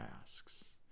asks